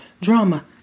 Drama